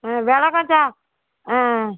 ஆ வில கொஞ்சம் ஆ